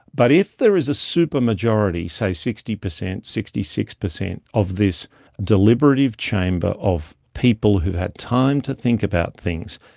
but if there is a supermajority, say sixty percent, sixty six percent, of this deliberative chamber of people who have had time to think about things,